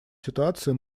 ситуации